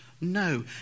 No